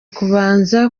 kubanza